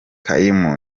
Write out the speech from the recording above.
kaymu